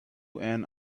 and